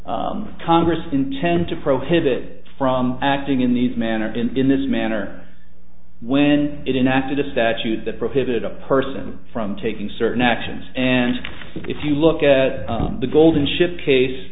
d congress intend to prohibit from acting in these manner in this manner when it inactive statute that prohibited a person from taking certain actions and if you look at the golden ship case